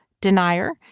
denier